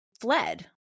fled